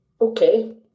okay